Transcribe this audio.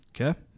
Okay